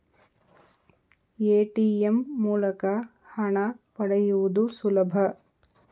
ATM ಮೂಲಕ ಹಣ ಪಡೆಯುವುದು ಸುಲಭ